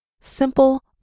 simple